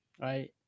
right